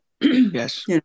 Yes